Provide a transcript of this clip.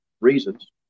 reasons